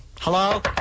hello